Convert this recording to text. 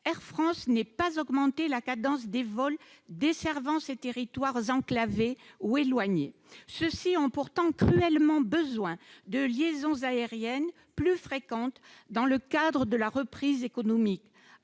Air France n'ait pas augmenté la cadence des vols desservant ces territoires enclavés ou éloignés. Ceux-ci ont pourtant cruellement besoin de liaisons aériennes plus fréquentes dans le cadre de la reprise économique.